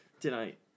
tonight